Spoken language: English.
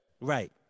Right